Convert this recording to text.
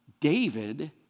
David